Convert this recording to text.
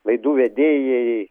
laidų vedėjai